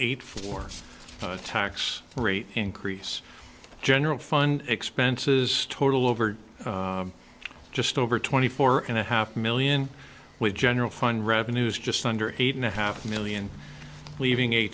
eight four tax rate increase general fund expenses total over just over twenty four and a half million with general fund revenues just under eight and a half million leaving a